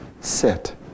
sit